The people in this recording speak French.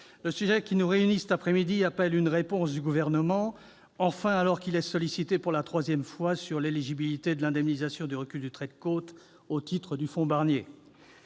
le sujet qui nous réunit cet après-midi appelle- enfin ! -une réponse du Gouvernement, alors qu'il est sollicité pour la troisième fois sur l'éligibilité de l'indemnisation du recul du trait de côte au titre du fonds Barnier.